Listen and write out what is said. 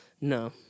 No